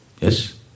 yes